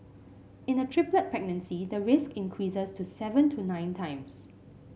in a triplet pregnancy the risk increases to seven to nine times